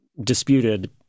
disputed